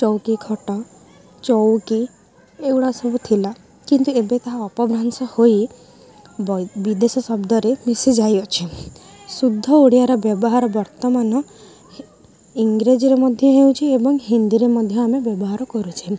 ଚଉକି ଖଟ ଚଉକି ଏଗୁଡ଼ା ସବୁ ଥିଲା କିନ୍ତୁ ଏବେ ତାହା ଅପଭ୍ରଂଶ ହୋଇ ବିଦେଶ ଶବ୍ଦରେ ମିଶିଯାଇଅଛି ଶୁଦ୍ଧ ଓଡ଼ିଆର ବ୍ୟବହାର ବର୍ତ୍ତମାନ ଇଂରାଜୀରେ ମଧ୍ୟ ହେଉଛି ଏବଂ ହିନ୍ଦୀରେ ମଧ୍ୟ ଆମେ ବ୍ୟବହାର କରୁଛେ